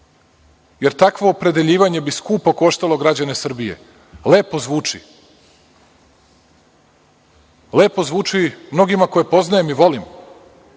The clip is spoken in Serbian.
jer takvo opredeljivanje bi skupo koštalo građane Srbije. Lepo zvuči mnogima koje poznajem i volim